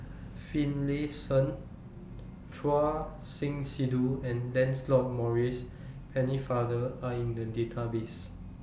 Finlayson Choor Singh Sidhu and Lancelot Maurice Pennefather Are in The Database